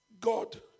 God